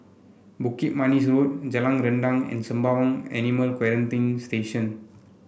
Bukit Manis Road Jalan Rendang and Sembawang Animal Quarantine Station